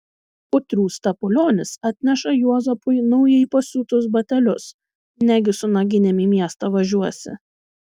putrių stapulionis atneša juozapui naujai pasiūtus batelius negi su naginėm į miestą važiuosi